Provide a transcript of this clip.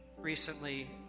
recently